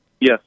Yes